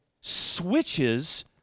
switches